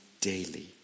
daily